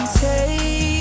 take